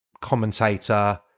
commentator